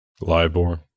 LIBOR